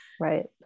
Right